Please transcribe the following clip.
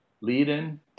leading